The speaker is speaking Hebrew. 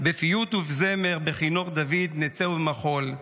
/ בפיוט ומזמור, בכינור דוד נצא במחול.